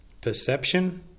perception